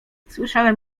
słyszałem